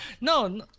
no